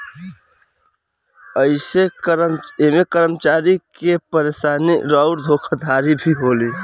ऐमे कर्मचारी के परेशानी अउर धोखाधड़ी भी होला